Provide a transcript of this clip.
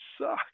suck